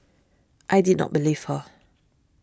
I did not believe her